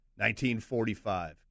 1945